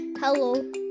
Hello